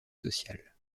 sociale